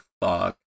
fuck